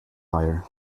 hire